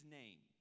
name